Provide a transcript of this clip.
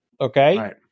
okay